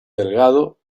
delgado